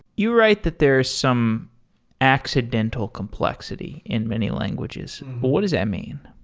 you write that there is some accidental complexity in many languages. what does that mean?